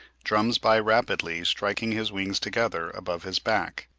drums by rapidly striking his wings together above his back,